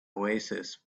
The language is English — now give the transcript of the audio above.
oasis